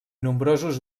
nombrosos